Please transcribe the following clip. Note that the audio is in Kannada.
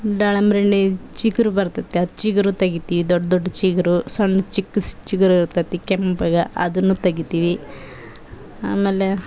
ದಾಳಿಂಬೆ ಹಣ್ಣಿಗ್ ಚಿಗುರು ಬರ್ತದೆ ಅದು ಚಿಗುರು ತೆಗಿತೀವಿ ದೊಡ್ಡ ದೊಡ್ಡ ಚಿಗುರು ಸಣ್ಣ ಚಿಕ್ಕ ಚಿಗುರು ಇರ್ತದೆ ಕೆಂಪಗೆ ಅದನ್ನು ತೆಗಿತೀವಿ ಆಮೇಲೆ